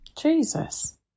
jesus